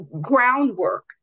groundwork